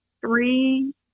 three